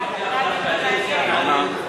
גברתי היושבת-ראש,